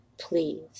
please